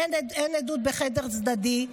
אין עדות בחדר צדדי,